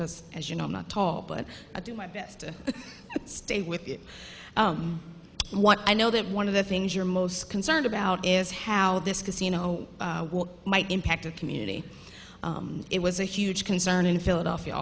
because as you know i'm not tall but i do my best to stay with it what i know that one of the things you're most concerned about is how this casino might impact a community it was a huge concern in philadelphia